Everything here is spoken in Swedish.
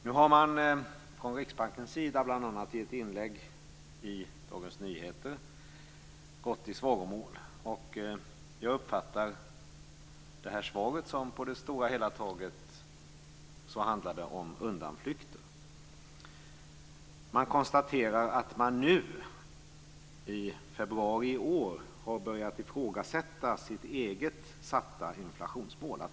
Nu har man från Riksbankens sida, bl.a. i ett inlägg i Dagens Nyheter, gått i svaromål. Jag uppfattar att svaret på det stora hela består av undanflykter. Man konstaterar att man i februari i år började ifrågasätta det egna satta inflationsmålet.